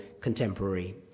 contemporary